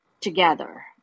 together